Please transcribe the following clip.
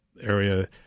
area –